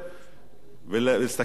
להסתכל להם בעיניים: